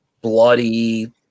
bloody